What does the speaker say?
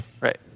Right